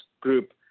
group